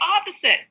opposite